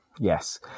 Yes